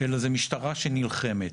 אלא זו משטרה שנלחמת.